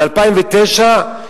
ב-2009,